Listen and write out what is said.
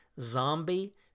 zombie